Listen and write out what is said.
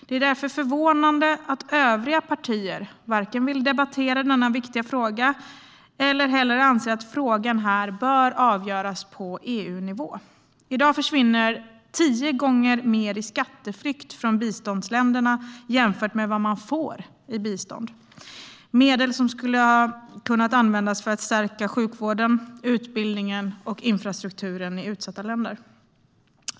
Det är förvånande att övriga partier varken vill debattera denna viktiga fråga eller anser att frågan bör avgöras på EU-nivå. I dag försvinner tio gånger mer i skatteflykt från biståndsländerna än vad de får i bistånd. Det är medel som skulle ha kunnat användas för att stärka sjukvården, utbildningen och infrastrukturen i utsatta länder.